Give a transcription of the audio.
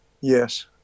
Yes